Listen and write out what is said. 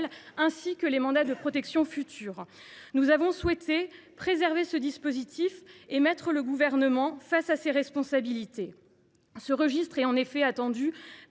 – et les mandats de protection future. Elle a souhaité préserver ce dispositif et mettre le Gouvernement face à ses responsabilités. En effet, ce registre est attendu